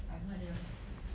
I have no idea where's my specs~